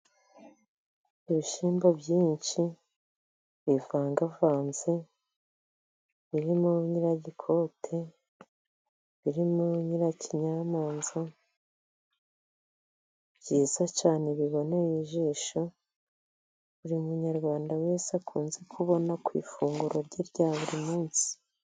Ibishyimbo byinshi bivangavanze birimo nyiragikote, birimo nyirakinyamaza byiza cyane bibonereye ijisho, buri munyarwanda wese akunze kubona ku ifunguro rye rya buri munsi.